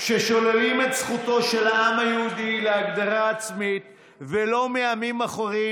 כששוללים את זכותו של העם היהודי להגדרה עצמית ולא מעמים אחרים,